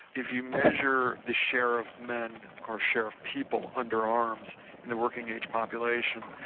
if you measure the share of men or share of people under arms in the working-age population,